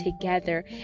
together